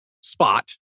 spot